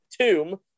Tomb